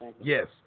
Yes